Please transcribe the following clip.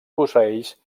posseeix